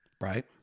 Right